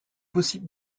possible